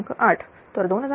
8 तर 2556